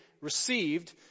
received